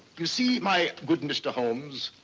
you see, my good and mr. holmes,